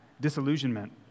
disillusionment